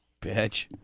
Bitch